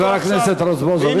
חבר הכנסת רזבוזוב.